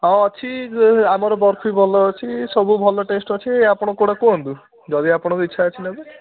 ହଁ ଅଛି ଆମର ବରଫି ଭଲ ଅଛି ସବୁ ଭଲ ଟେଷ୍ଟ ଅଛି ଆପଣ କେଉଁଟା କୁହନ୍ତୁ ଯଦି ଆପଣଙ୍କ ଇଚ୍ଛା ଅଛି ନେବେ